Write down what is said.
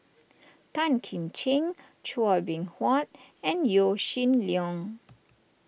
Tan Kim Ching Chua Beng Huat and Yaw Shin Leong